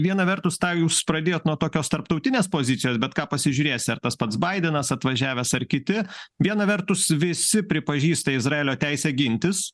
viena vertus tą jūs pradėjot nuo tokios tarptautinės pozicijos bet ką pasižiūrėsi ar tas pats baidenas atvažiavęs ar kiti viena vertus visi pripažįsta izraelio teisę gintis